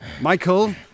Michael